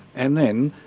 and then,